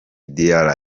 diarra